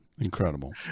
Incredible